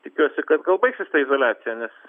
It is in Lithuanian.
tikiuosi kad gal baigsis ta izoliacija nes